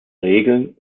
regeln